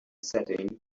setting